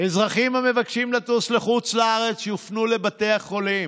אזרחים המבקשים לטוס לחוץ לארץ יופנו לבתי החולים.